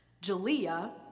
Jalea